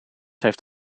heeft